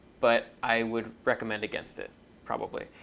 but i would recommend against it probably.